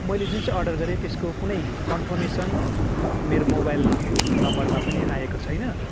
मैले जुन चाहिँ अर्डर गरेँ त्यसको कुनै कन्फर्मेसन मेरो मोबाइल नम्बरमा पनि आएको छैन